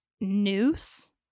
noose